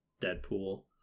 Deadpool